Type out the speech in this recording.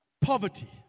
poverty